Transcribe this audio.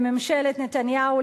לממשלת נתניהו.